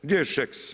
Gdje je Šeks?